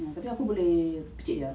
tapi aku boleh picit dia